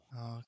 okay